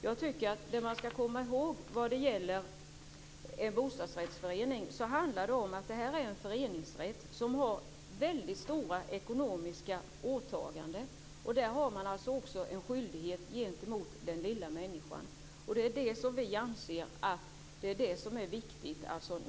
Jag tycker att man skall komma ihåg en sak när det gäller bostadsrättsföreningar. Det här är en föreningsrätt med väldigt stora ekonomiska åtaganden. Där har man också en skyldighet gentemot den lilla människan. Det är det som vi anser vara viktigt.